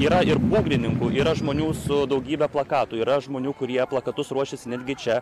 yra ir būgnininkų yra žmonių su daugybe plakatų yra žmonių kurie plakatus ruošėsi netgi čia